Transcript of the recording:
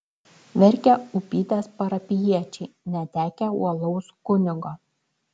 verkia upytės parapijiečiai netekę uolaus kunigo